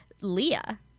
Leah